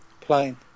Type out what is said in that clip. Plane